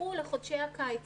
יידחו לחודשי הקיץ.